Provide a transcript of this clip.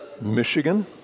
Michigan